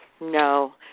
No